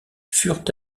furent